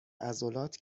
عضلات